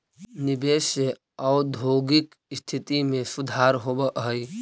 निवेश से औद्योगिक स्थिति में सुधार होवऽ हई